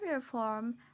form